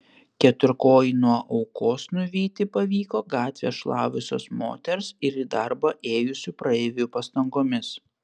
keturkojį nuo aukos nuvyti pavyko gatvę šlavusios moters ir į darbą ėjusių praeivių pastangomis